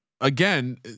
again